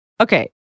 Okay